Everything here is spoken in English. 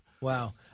Wow